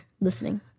listening